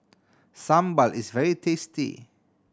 sambal is very tasty